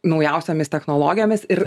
naujausiomis technologijomis ir